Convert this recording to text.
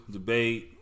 debate